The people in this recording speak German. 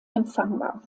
empfangbar